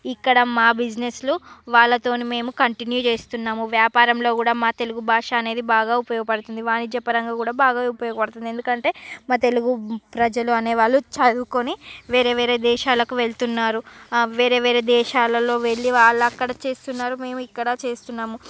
ఇక్కడ మా బిజినెస్లు వాళ్ళతోనే మేము కంటిన్యూ చేస్తున్నాం వ్యాపారంలో కూడా మా తెలుగు భాష అనేది బాగా ఉపయోగపడుతుంది వాణిజ్యపరంగా కూడా బాగా ఉపయోగపడుతుంది ఎందుకంటే మా తెలుగు ప్రజలు అనేవాళ్ళు చదువుకుని వేరే వేరే దేశాలకు వెళ్తున్నారు వేరే వేరే దేశాలలో వెళ్ళీ వాళ్ళక్కడ చేస్తున్నారు మేము ఇక్కడ చేస్తున్నాము